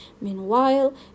Meanwhile